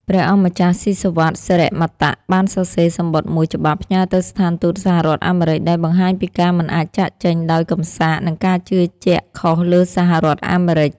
ព្រះអង្គម្ចាស់ ស៊ីសុវត្ថិ សិរិមតៈ បានសរសេរសំបុត្រមួយច្បាប់ផ្ញើទៅស្ថានទូតសហរដ្ឋអាមេរិក ដោយបង្ហាញពីការមិនអាចចាកចេញដោយកំសាក និងការជឿជាក់ខុសលើសហរដ្ឋអាមេរិក។